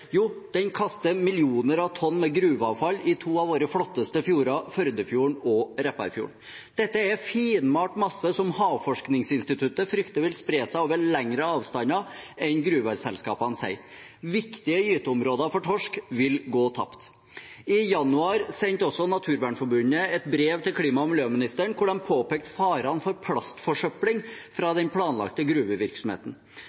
Jo, den kaster millioner av tonn med gruveavfall i to av våre flotteste fjorder, Førdefjorden og Repparfjorden. Dette er finmalt masse som Havforskningsinstituttet frykter vil spre seg over lengre avstander enn gruveselskapene sier. Viktige gyteområder for torsk vil gå tapt. I januar sendte Naturvernforbundet et brev til klima- og miljøministeren hvor de påpekte farene for plastforsøpling fra